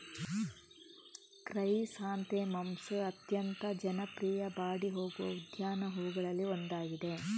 chrysanthemums ಅತ್ಯಂತ ಜನಪ್ರಿಯ ಬಾಡಿ ಹೋಗುವ ಉದ್ಯಾನ ಹೂವುಗಳಲ್ಲಿ ಒಂದಾಗಿದೆ